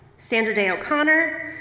sandra day o'connor,